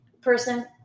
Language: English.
person